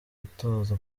gutoza